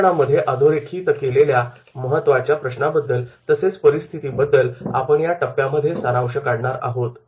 उदाहरणांमध्ये अधोरेखित केलेल्या महत्त्वाच्या प्रश्नाबद्दल तसेच परिस्थितीबद्दल आपण या टप्प्यामध्ये सारांश काढणार आहोत